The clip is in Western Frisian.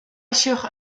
sjogge